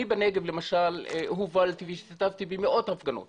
אני בנגב למשל הובלתי והשתתפתי במאות הפגנות